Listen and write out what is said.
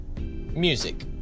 music